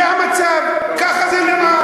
זה המצב, ככה זה נראה.